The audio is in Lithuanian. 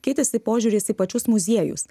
keitėsi požiūris į pačius muziejus